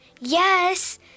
Yes